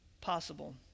possible